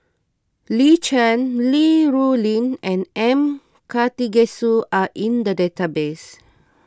Lin Chen Li Rulin and M Karthigesu are in the database